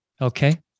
Okay